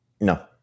No